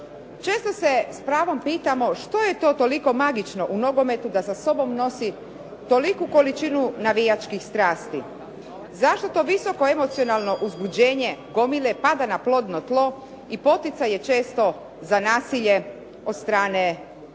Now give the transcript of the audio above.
Često se s pravom pitamo što je to tolikom magično u nogometu da sa sobom nosi toliku količinu navijačkih strasti. Zašto to visoko emocionalno uzbuđenje gomile pada na plodno tlo i poticaj je često za nasilje od strane grupa